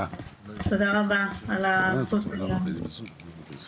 תודה רבה על הזכות להגיב.